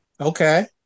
Okay